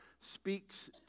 speaks